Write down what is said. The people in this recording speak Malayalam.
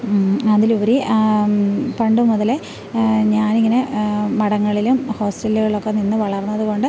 അതിലുപരി പണ്ട് മുതലേ ഞാൻ ഇങ്ങനെ മഠങ്ങളിലും ഹോസ്റ്റലുകളിലൊക്കെ നിന്ന് വളർന്നതുകൊണ്ട്